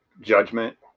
judgment